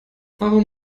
warum